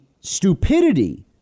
stupidity